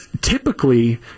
typically